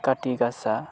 काति गासा